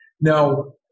Now